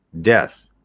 death